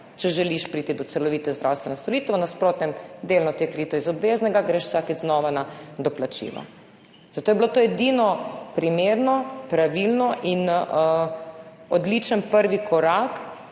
Če želiš priti do celovite zdravstvene storitve, v nasprotnem, delno je to krito iz obveznega, greš vsakič znova na doplačilo. Zato je bilo to edino primerno, pravilno in odličen prvi korak